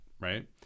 Right